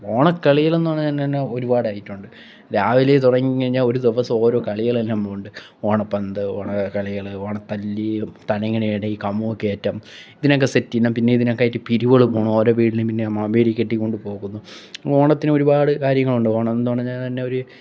ഓണക്കളികൾ എന്നു പറഞ്ഞു കഴിഞ്ഞാൽ ഒരുപാട് ഐറ്റം ഉണ്ട് രാവിലെ തുടങ്ങിക്കഴിഞ്ഞാൽ ഒരുദിവസം ഓരോ കളികളെല്ലാമുണ്ട് ഓണപന്ത് ഓണക്കളികൾ ഓണത്തല്ല് തനങ്ങനെയിടയിൽ കമ്മൂകേറ്റം ഇതിനൊക്കെ സെറ്റ് ചെയ്യണം പിന്നെ ഇതിനൊക്കെയായിട്ട് പിരിവുകൾ പോണം ഓരോ വീട്ടിലെയും പിന്നെ മാവേലിയെ കെട്ടിക്കൊണ്ടു പോകുന്നു ഓണത്തിന് ഒരുപാട് കാര്യങ്ങളുണ്ട് ഓണം എന്ന് പറഞ്ഞാൽ തന്നെ ഒരു